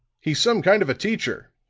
he's some kind of a teacher.